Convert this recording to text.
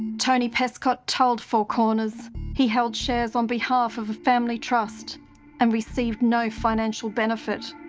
tony pescott told four corners he held shares on behalf of a family trust and received no financial benefit.